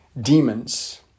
demons